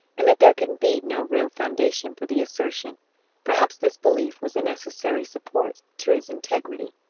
and that there could be no real foundation for the assertion perhaps this belief was a necessary support to his integrity.